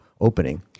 opening